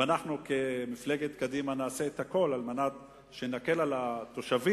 ואנחנו כמפלגת קדימה נעשה את הכול על מנת שנקל על התושבים.